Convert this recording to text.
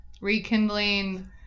rekindling